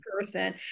person